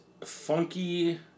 funky